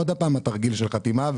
עוד הפעם התרגיל של חתימה.